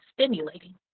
stimulating